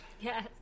Yes